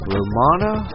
Romana